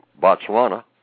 Botswana